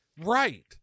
right